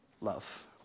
love